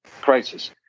crisis